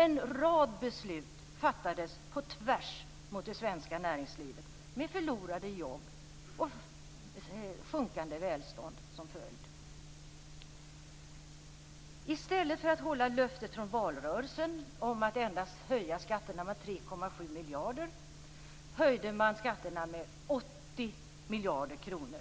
En rad beslut fattades på tvärs mot det svenska näringslivet, med förlorade jobb och sjunkande välstånd som följd. I stället för att hålla löftet från valrörelsen om att endast höja skatterna med 3,7 miljarder höjde man skatterna med 80 miljarder kronor.